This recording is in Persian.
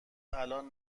الان